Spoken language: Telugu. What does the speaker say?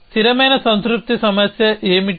స్థిరమైన సంతృప్తి సమస్య ఏమిటి